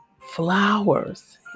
flowers